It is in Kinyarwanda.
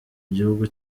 gihugu